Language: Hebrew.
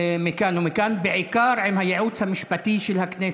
מכאן ומכאן, ובעיקר עם הייעוץ המשפטי של הכנסת.